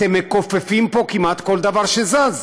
אתם מכופפים פה כמעט כל דבר שזז.